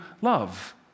love